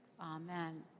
Amen